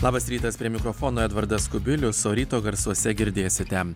labas rytas prie mikrofono edvardas kubilius o ryto garsuose girdėsite